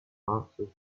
frances